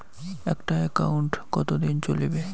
একটা একাউন্ট কতদিন চলিবে?